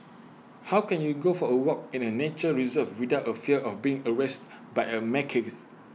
how can you go for A walk in A nature reserve without A fear of being harassed by A macaques